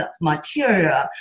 material